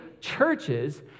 churches